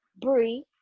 brie